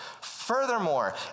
Furthermore